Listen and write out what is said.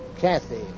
Kathy